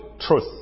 truth